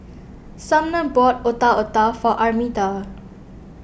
Sumner bought Otak Otak for Armida